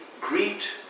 greet